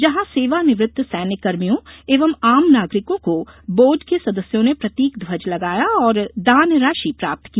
जहां सेवानिवृत्त सैन्य कर्मियों एवं आम नागरिकों को बोर्ड के सदस्यों ने प्रतीक ध्वज लगाया और दान राशि प्राप्त की